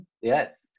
Yes